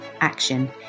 action